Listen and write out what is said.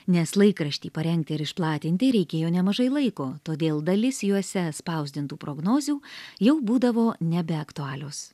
nes laikraštį parengti ir išplatinti reikėjo nemažai laiko todėl dalis juose spausdintų prognozių jau būdavo nebeaktualios